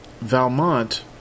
Valmont